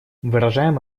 выражаем